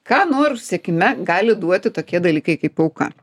ką norų sėkme gali duoti tokie dalykai kaip auka